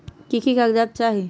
की की कागज़ात चाही?